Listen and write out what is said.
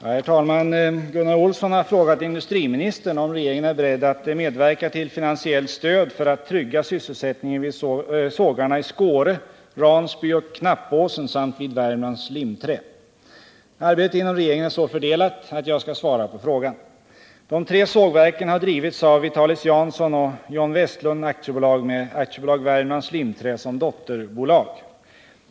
Herr talman! Gunnar Olsson har frågat industriministern, om regeringen är beredd att medverka till finansiellt stöd för att trygga sysselsättningen vid sågarna i Skåre, Ransby och Knappåsen samt vid Värmlands Limträ. Arbetet inom regeringen är så fördelat att jag skall svara på frågan. De tre sågverken har drivits av Witalis Jansson & John Westlund AB med AB Värmlands Limträ som dotterbolag.